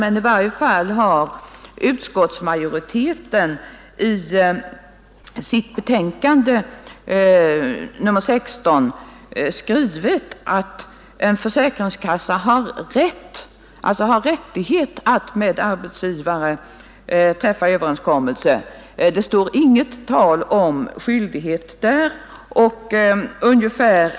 Utskottsmajoriteten har i socialförsäkringsutskottets betänkande nr 16 skrivit att en försäkringskassa har rätt att med arbetsgivare träffa överenskommelse, men det står ingenting om skyldighet i det sammanhanget.